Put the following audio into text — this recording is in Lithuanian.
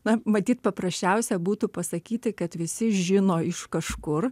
na matyt paprasčiausia būtų pasakyti kad visi žino iš kažkur